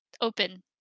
open